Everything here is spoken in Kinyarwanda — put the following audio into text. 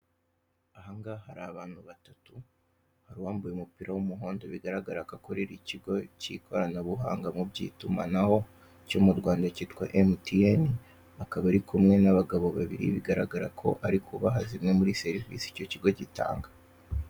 Aha ngaha hari abantu batatu, hari uwambaye umupira w'umuhondo bigaragara ko akorera ikigo cy'ikoranabuhanga mu by'itumanaho cyo mu Rwanda cyitwa MTN, akaba ari kumwe n'abagabo babiri bigaragara ko ari kubaha zimwe muri serivisi icyo kigo gitanga.